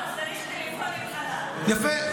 אז צריך טלפונים חלק.